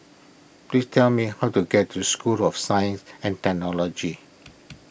please tell me how to get to School of Science and Technology